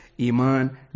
Iman